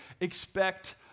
expect